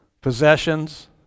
possessions